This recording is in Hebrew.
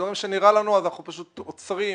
בדברים שנראים לנו, אנחנו פשוט עוצרים.